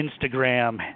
Instagram